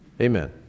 Amen